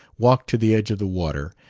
walked to the edge of the water,